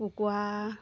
কুকুৰা